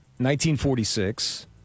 1946